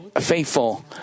faithful